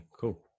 cool